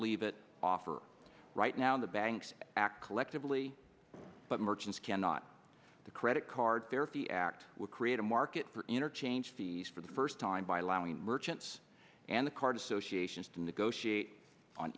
leave it offer right now the banks act collectively but merchants cannot the credit card therapy act would create a market for interchange fees for the first time by allowing merchants and the card associations to negotiate on